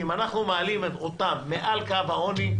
אם אנחנו מעלים אותם מעל קו העוני,